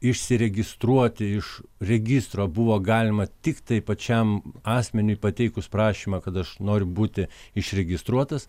išsiregistruoti iš registro buvo galima tiktai pačiam asmeniui pateikus prašymą kad aš noriu būti išregistruotas